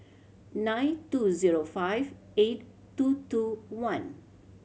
nine two zero five eight two two one